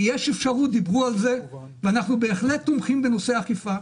אנחנו בהחלט תומכים בנושא אכיפה.